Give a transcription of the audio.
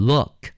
Look